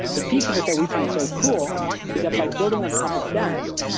the piece of it that we find so cool is that by building on top of dask,